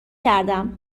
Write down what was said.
کردم